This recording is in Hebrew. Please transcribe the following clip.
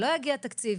לא יגיע תקציב?